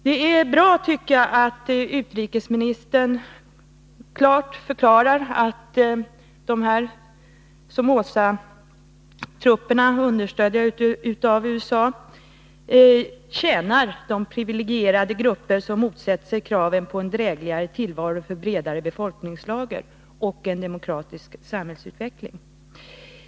Jag tycker det är bra att utrikesministern klart uttalat att dessa trupper av Somozaanhängare, som är understödda av USA, tjänar de privilegierade grupper som motsätter sig kraven på en drägligare tillvaro för bredare befolkningslager och en demokratisk samhällsutveckling.